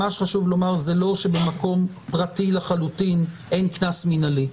מה שחשוב לומר זה לא שבמקום פרטי לחלוטין אין קנס מינהלי.